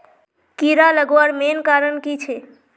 कीड़ा लगवार मेन कारण की छे?